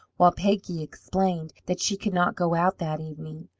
while peggy explained that she could not go out that evening.